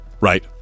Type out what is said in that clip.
Right